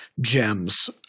gems